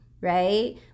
right